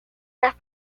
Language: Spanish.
las